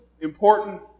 important